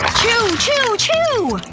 chew chew chew!